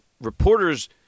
reporters